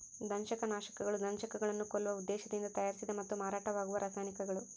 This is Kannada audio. ದಂಶಕನಾಶಕಗಳು ದಂಶಕಗಳನ್ನು ಕೊಲ್ಲುವ ಉದ್ದೇಶದಿಂದ ತಯಾರಿಸಿದ ಮತ್ತು ಮಾರಾಟವಾಗುವ ರಾಸಾಯನಿಕಗಳು